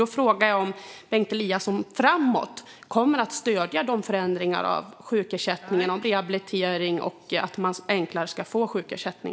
Då frågar jag om Bengt Eliasson framöver kommer att stödja de förslag som kommer att läggas fram om förändringar av sjukersättningen och rehabiliteringen och om att man enklare ska få sjukersättning.